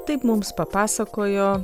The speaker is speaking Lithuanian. taip mums papasakojo